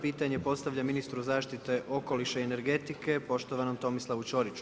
Pitanje postavlja ministru zaštite okoliša i energetike, poštovanom Tomislavu Ćoriću.